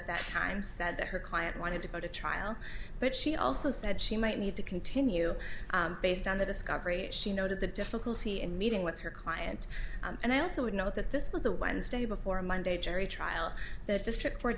at that time said that her client wanted to go to trial but she also said she might need to continue based on the discovery she noted the difficulty in meeting with her client and i also would note that this was a wednesday before a monday jury trial that district